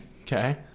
okay